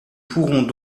pourrons